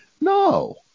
No